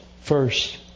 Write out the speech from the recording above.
first